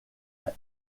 est